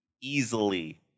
easily